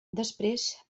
després